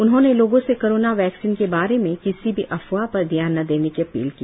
उन्होंने लोगों से कोरोना वैक्सीन के बारे में किसी भी अफवाह पर ध्यान ना देने की अपील की